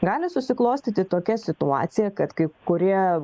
gali susiklostyti tokia situacija kad kai kurie